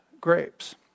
grapes